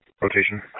rotation